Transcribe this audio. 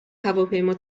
هواپیما